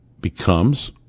becomes